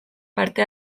parte